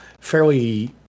fairly